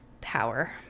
power